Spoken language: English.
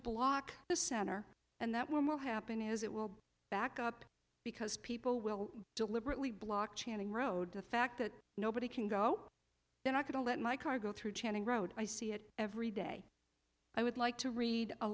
block the center and that will happen is it will back up because people will deliberately block chanting road the fact that nobody can go they're not going to let my car go through channing road i see it every day i would like to read a